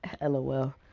lol